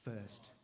first